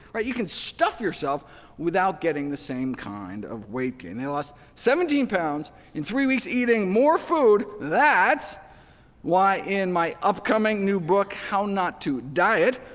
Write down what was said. you can stuff yourself without getting the same kind of weight gain. they lost seventeen pounds in three weeks eating more food. that's why in my upcoming new book, how not to diet,